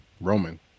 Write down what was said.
Roman